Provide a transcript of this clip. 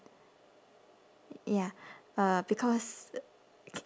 y~ ya uh because c~